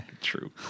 True